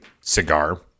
cigar